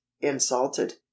insulted